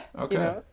Okay